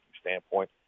standpoint